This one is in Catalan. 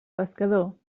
pescador